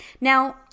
Now